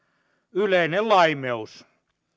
yleinen laimeus